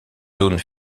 zones